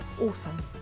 awesome